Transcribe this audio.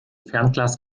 fernglas